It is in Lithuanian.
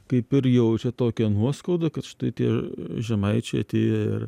kaip ir jaučia tokią nuoskaudą kad štai tie žemaičiai atėjo ir